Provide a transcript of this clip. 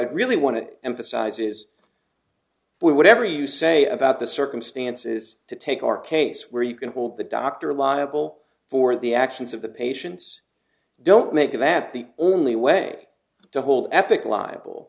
i really want to emphasize is well whatever you say about the circumstances to take our case where you can hold the doctor liable for the actions of the patients don't make that the only way to hold epic li